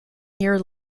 year